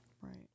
Right